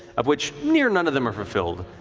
of which near none of them are fulfilled,